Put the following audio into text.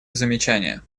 замечание